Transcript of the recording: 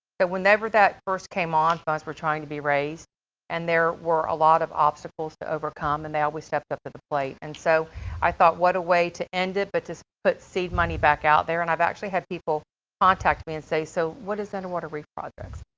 but whenever that first came on, funds were trying to be raised us and there were a lot of obstacles to overcome, and they always stepped up to the plate. and so i thought, what a way to end it, but just put seed money back out there. and i've actually had people contact me and say, so what is the underwater reef project?